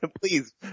Please